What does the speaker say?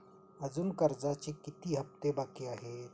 अजुन कर्जाचे किती हप्ते बाकी आहेत?